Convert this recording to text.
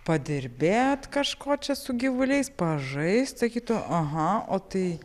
padirbėt kažko čia su gyvuliais pažaist sakytų aha o tai